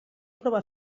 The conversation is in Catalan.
prova